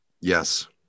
yes